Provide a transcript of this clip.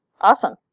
Awesome